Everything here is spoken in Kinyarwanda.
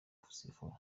gusifura